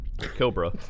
Cobra